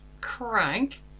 crank